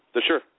sure